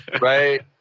Right